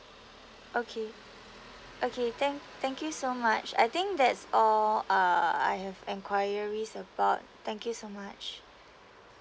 okay okay thank thank you so much I think that's all uh I have enquiries about thank you so much